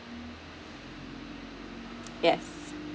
yes